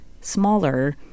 smaller